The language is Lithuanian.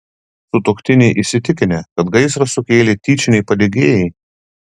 sutuoktiniai įsitikinę kad gaisrą sukėlė tyčiniai padegėjai